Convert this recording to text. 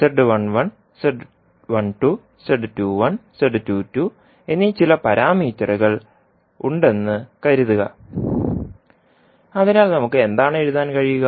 z11 z12 z21 z22 എന്നീ ചില പാരാമീറ്ററുകൾ ഉണ്ടെന്ന് കരുതുക അതിനാൽ നമുക്ക് എന്താണ് എഴുതാൻ കഴിയുക